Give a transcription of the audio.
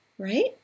right